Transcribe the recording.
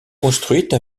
construite